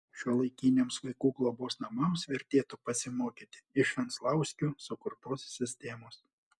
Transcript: šiuolaikiniams vaikų globos namams vertėtų pasimokyti iš venclauskių sukurtos sistemos